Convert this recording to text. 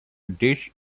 this